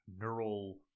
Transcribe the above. neural